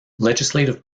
legislative